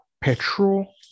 petrol